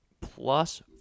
plus